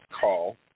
call